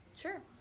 Sure